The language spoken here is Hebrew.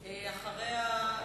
אחריה,